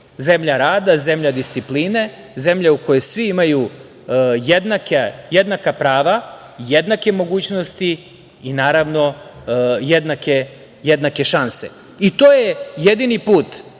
zemlja rada, zemlja discipline, zemlja u kojoj svi imaju jednaka prava, jednake mogućnosti i naravno jednake šanse. To je jedini put